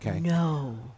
No